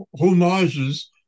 homages